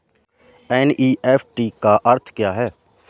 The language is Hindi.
एन.ई.एफ.टी का अर्थ क्या है?